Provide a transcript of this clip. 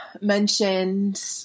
mentioned